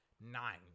nine